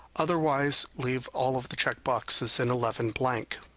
otherwise, leave all of the check boxes in eleven blank.